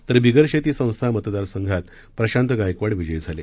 तर बिगरशेती संस्था मतदारसंघात प्रशांत गायकवाड विजयी झाले